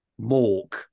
Mork